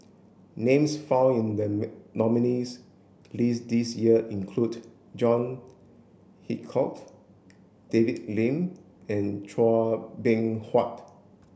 names found in the nominees' list this year include John Hitchcock David Lim and Chua Beng Huat